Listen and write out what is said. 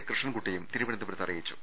കൃഷ്ണൻകുട്ടിയും തിരുവനന്തപുരത്ത് അറിയിച്ചു